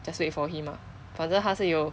just wait for him lah 反正他是有